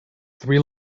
three